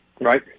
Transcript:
right